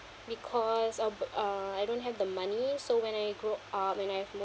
because of uh I don't have the money so when I grow up when I have more